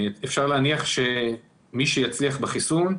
אפשר להניח שמי שיצליח בחיסון,